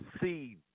see